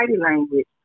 language